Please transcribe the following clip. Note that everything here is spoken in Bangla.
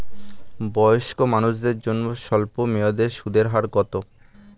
বয়স্ক মানুষদের জন্য স্বল্প মেয়াদে সুদের হার কত?